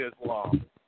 Islam